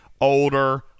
older